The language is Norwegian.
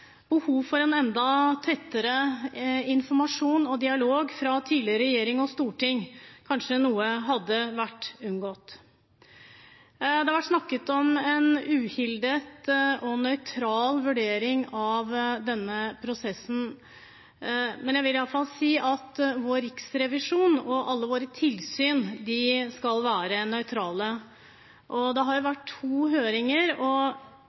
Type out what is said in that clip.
behov for en enda tettere informasjon og dialog fra tidligere regjering og storting. Hvis man hadde hatt det, hadde kanskje noe vært unngått. Det har vært snakket om en uhildet og nøytral vurdering av denne prosessen, men jeg vil si at vår riksrevisjon og alle våre tilsyn skal være nøytrale. Det har vært to høringer og